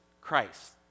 Christ